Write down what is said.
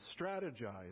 Strategize